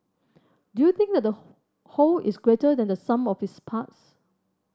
do you think the whole is greater than the sum of its parts